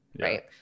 Right